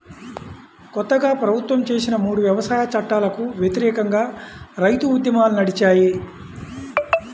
కొత్తగా ప్రభుత్వం చేసిన మూడు వ్యవసాయ చట్టాలకు వ్యతిరేకంగా రైతు ఉద్యమాలు నడిచాయి